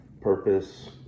purpose